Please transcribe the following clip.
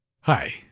Hi